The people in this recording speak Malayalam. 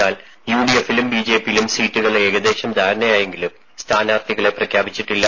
എന്നാൽ യുഡിഎഫിലും ബിജെപിയിലും സീറ്റുകൾ ഏകദേശം ധാരണയെങ്കിലും സ്ഥാനാർഥികളെ പ്രഖ്യാപിച്ചിട്ടില്ല